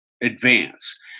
advance